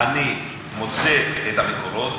אני מוצא את המקורות,